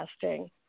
testing